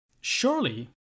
Surely